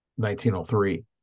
1903